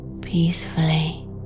peacefully